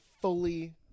fully